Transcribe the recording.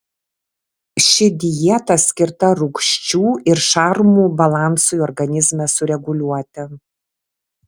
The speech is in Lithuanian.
ši dieta skirta rūgščių ir šarmų balansui organizme sureguliuoti